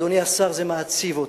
אדוני השר, זה מעציב אותי.